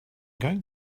going